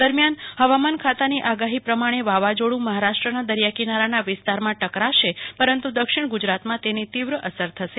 દરમિયાન હવામાન ખાતાની આગાહી પ્રમાણે વાવાઝોડું મહારાષ્ટ્રના દરિયાકિનારાના વિસ્તારમાં ટકરાશે પરંતુ દક્ષિણ ગુજરાતમાં તેની તિવ્ર અસર થશે